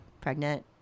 pregnant